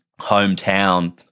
hometown